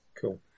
Cool